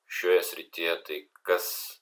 šioje srityje tai kas